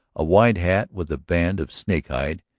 a wide hat with a band of snake hide,